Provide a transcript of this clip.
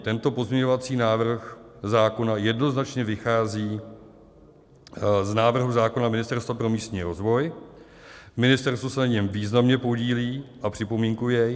Tento pozměňovací návrh zákona jednoznačně vychází z návrhu zákona Ministerstva pro místní rozvoj, Ministerstvo se na něm významně podílí a připomínkuje jej.